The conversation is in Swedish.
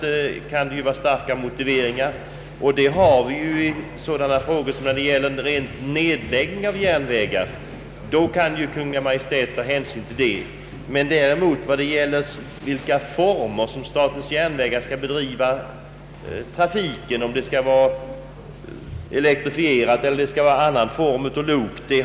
Sådana synpunkter har ju också Kungl. Maj:t möjlighet att ta hänsyn till när det gäller nedläggning av järnvägar. Såvitt jag vet har inte riksdagen tidigare fattat beslut om under vilka former statens järnvägar skall bedriva trafiken — om en järnväg skall vara elektrifierad eller drivas på annat sätt.